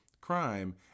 crime